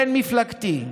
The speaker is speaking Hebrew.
בין-מפלגתי,